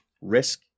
risk